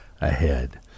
ahead